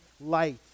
light